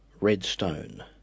redstone